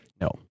No